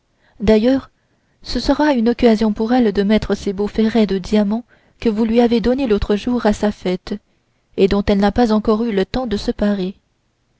d'ailleurs ce sera une occasion pour elle de mettre ces beaux ferrets de diamants que vous lui avez donnés l'autre jour à sa fête et dont elle n'a pas encore eu le temps de se parer